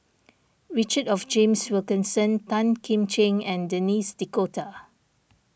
Richard James Wilkinson Tan Kim Ching and Denis D'Cotta